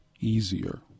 easier